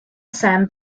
sam